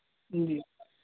جی